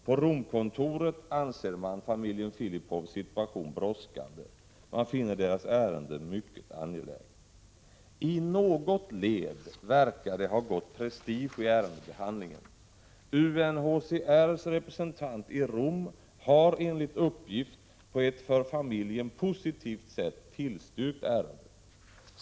På Romkontoret anser man att fallet med familjen Filipov är brådskande. Man finner ärendet mycket angeläget. I något led verkar det ha gått prestige i ärendebehandlingen. UNHCR:s representant i Rom har enligt uppgift på ett för familjen positivt sätt tillstyrkt de framställningar som gjorts i ärendet.